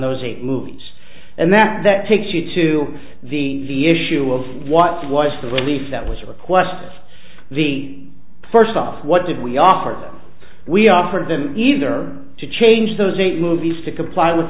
those eight movies and that that takes you to the issue of what was the relief that was a request the first off what did we offer we offered them either to change those eight movies to comply with